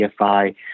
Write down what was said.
CFI